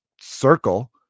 circle